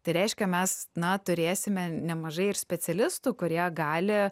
tai reiškia mes na turėsime nemažai ir specialistų kurie gali